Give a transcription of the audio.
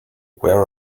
where